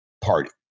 party